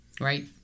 Right